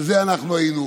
על זה אנחנו היינו,